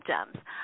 symptoms